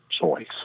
choice